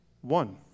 one